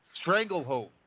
Stranglehold